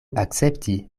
akcepti